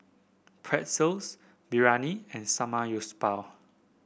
Pretzels Biryani and Samgyeopsal